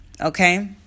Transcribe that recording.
Okay